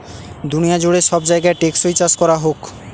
দুনিয়া জুড়ে সব জায়গায় টেকসই চাষ করা হোক